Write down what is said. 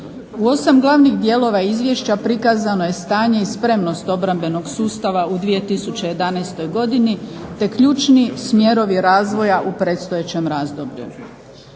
U osam glavnih dijelova izvješća prikazano je stanje i spremnost obrambenog sustava u 2011. godini te ključni smjerovi razvoja u predstojećem razdoblju.